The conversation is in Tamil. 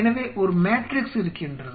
எனவே ஒரு மேட்ரிக்ஸ் இருக்கின்றது